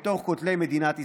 בין כותלי מדינת ישראל.